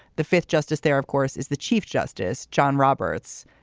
the fifth justice there, of course, is the chief justice, john roberts.